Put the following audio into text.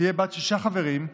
תהיה בת שישה חברים,